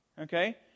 Okay